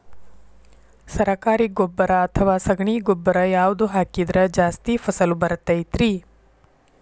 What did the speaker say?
ಸರಕಾರಿ ಗೊಬ್ಬರ ಅಥವಾ ಸಗಣಿ ಗೊಬ್ಬರ ಯಾವ್ದು ಹಾಕಿದ್ರ ಜಾಸ್ತಿ ಫಸಲು ಬರತೈತ್ರಿ?